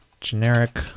generic